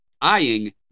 eyeing